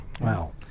Wow